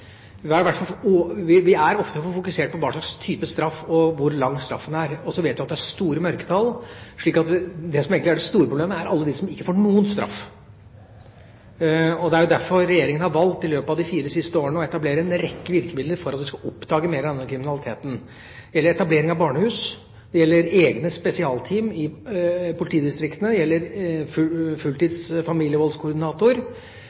Vi er ofte for fokusert på hva slags type straff og på hvor lang straffen er. Og så vet vi at det er store mørketall. Så det som egentlig er det store problemet, er alle de som ikke får noen straff. Det er derfor Regjeringa har valgt, i løpet av de fire siste årene, å etablere en rekke virkemidler for at vi skal oppdage mer av denne kriminaliteten. Det gjelder etablering av barnehus. Det gjelder egne spesialteam i politidistriktene. Det gjelder